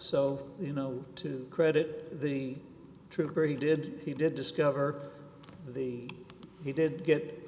so you know to credit the trooper he did he did discover the he did get